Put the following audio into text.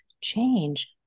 change